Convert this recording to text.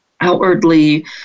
outwardly